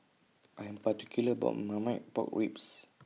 I'm particular about My Marmite Pork Ribs